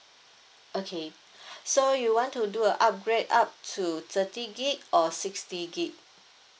okay so you want to do a upgrade up to thirty gigabyte or sixty gigabyte